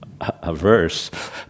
averse